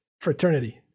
Fraternity